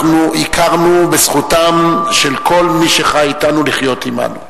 אנחנו הכרנו בזכותם של כל מי שחי אתנו לחיות עמנו.